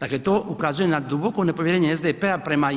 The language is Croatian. Dakle, to ukazuje na duboko nepovjerenje prema